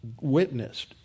witnessed